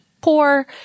poor